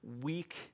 weak